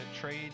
trade